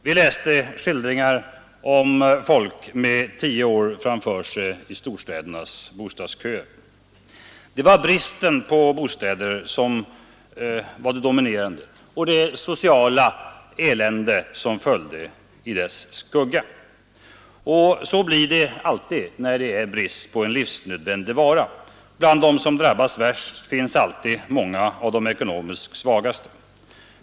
Vi läste skildringar om människor med tio år framför sig i storstädernas bostadsköer. Det var bristen på bostäder och allt det sociala elände som följde i dess skugga som var det dominerande. Så blir det alltid när det är brist på en livsnödvändig vara. Bland dem som drabbas värst finns alltid många av de ekonomiskt svagaste.